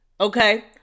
Okay